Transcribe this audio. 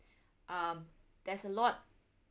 um there's a lot